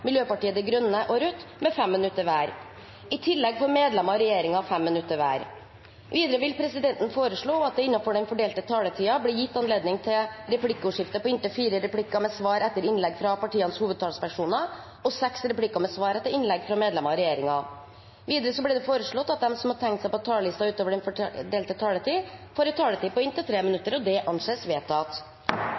Miljøpartiet De Grønne og Rødt 5 minutter. I tillegg får medlemmer av regjeringen 5 minutter hver. Videre vil presidenten foreslå at det – innenfor den fordelte taletid – blir gitt anledning til replikkordskifte på inntil fire replikker med svar etter innlegg fra partienes hovedtalspersoner og seks replikker med svar etter innlegg fra medlemmer av regjeringen. Videre blir det foreslått at de som måtte tegne seg på talerlisten utover den fordelte taletid, får en taletid på inntil 3 minutter. – Det anses vedtatt.